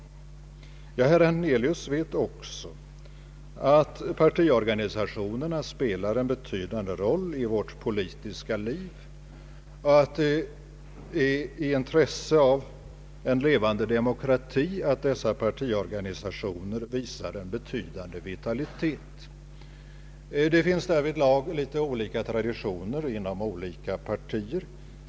Herr Hernelius vet också att partiorganisationerna spelar en betydande roll i vårt politiska liv och att det är av intresse i en levande demokrati att dessa partiorganisationer visar en betydande vitalitet. Det finns därvidlag olika traditioner inom olika partier.